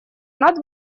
над